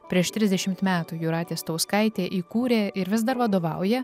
prieš trisdešimt metų jūratė stauskaitė įkūrė ir vis dar vadovauja